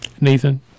Nathan